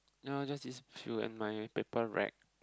ya just these few and my paper rack